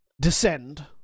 descend